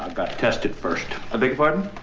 got to test it first a big pardon